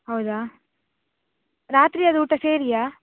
ಹೌದಾ ರಾತ್ರಿಯದು ಊಟ ಸೇರಿಯಾ